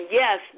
yes